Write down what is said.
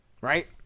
right